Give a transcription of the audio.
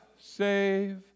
save